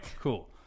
Cool